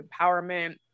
empowerment